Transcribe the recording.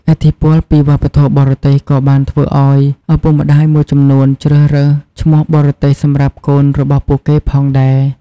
ឥទ្ធិពលពីវប្បធម៌បរទេសក៏បានធ្វើឱ្យឪពុកម្តាយមួយចំនួនជ្រើសរើសឈ្មោះបរទេសសម្រាប់កូនរបស់ពួកគេផងដែរ។